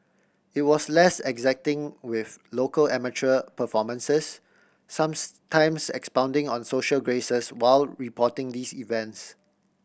it was less exacting with local amateur performances times expounding on social graces while reporting these events